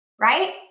right